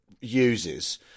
uses